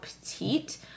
petite